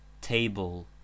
Table